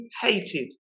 hated